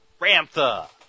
Ramtha